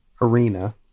arena